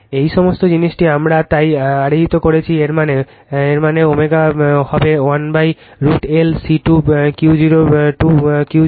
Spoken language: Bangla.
এই সমস্ত জিনিসটি আমরা তাই আহরিত করেছি এর মানেω হবে 1√L C2 Q022 Q02 1